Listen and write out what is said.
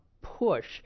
push